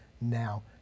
now